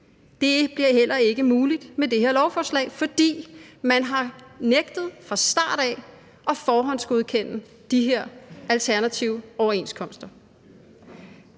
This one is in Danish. Det bliver heller ikke muligt med det her lovforslag, fordi man fra start af har nægtet at forhåndsgodkende de her alternative overenskomster.